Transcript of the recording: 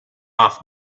off